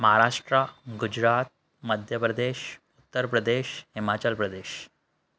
Maharashtra Gujarat Madhya Pradesh Uttar Pradesh Himachal Pradesh